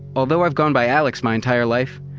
although i've gone by alex my entire life,